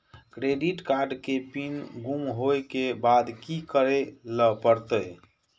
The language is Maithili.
क्रेडिट कार्ड के पिन गुम होय के बाद की करै ल परतै?